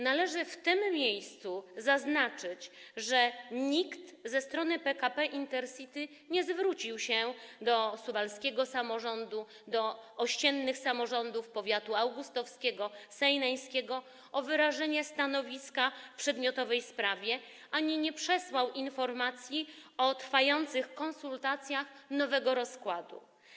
Należy w tym miejscu zaznaczyć, że nikt ze strony PKP Intercity nie zwrócił się do suwalskiego samorządu, do ościennych samorządów, powiatu augustowskiego, powiatu sejneńskiego o wyrażenie stanowiska w przedmiotowej sprawie ani nie przesłał informacji o trwających konsultacjach dotyczących nowego rozkładu.